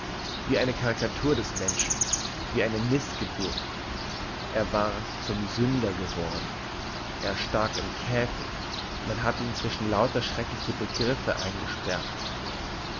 wie eine caricatur des menschen wie eine missgeburt er war zum sünder geworden er stak im käfig man hatte ihn zwischen lauter schreckliche begriffe eingesperrt